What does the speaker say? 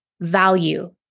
value